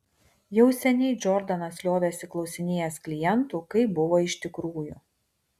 jau seniai džordanas liovėsi klausinėjęs klientų kaip buvo iš tikrųjų